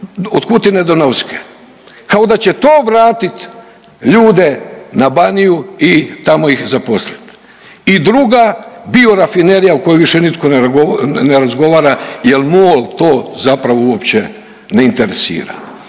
od Kutine do Novske kao da će to vratiti ljude na Baniju i tamo ih zaposliti. I druga biorafinerija o kojoj više nitko ne razgovara jer MOL to zapravo uopće ne interesira.